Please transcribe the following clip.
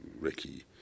Ricky